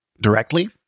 directly